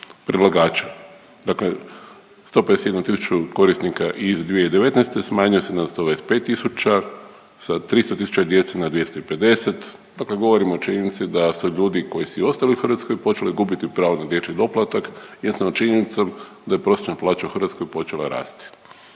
predlagača, dakle 151 tisuću korisnika iz 2019. smanjuje se na 125 tisuća sa 300 tisuća djece na 250 dakle govorimo o činjenici da su ljudi koji su i ostali u Hrvatskoj počeli gubiti pravo na dječji doplatak jednostavnom činjenicom da je prosječna plaća u Hrvatskoj počela rasti,